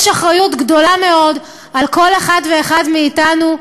יש אחריות גדולה מאוד על כל אחת ואחד מאתנו,